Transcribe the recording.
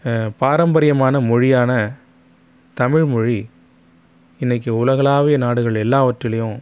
பாரம்பரியமான மொழியான தமிழ்மொழி இன்றைக்கு உலகளாவிய நாடுகள் எல்லாவற்றிலையும்